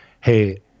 Hey